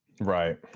Right